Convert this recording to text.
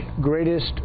greatest